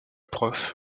prof